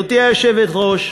גברתי היושבת-ראש,